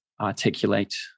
articulate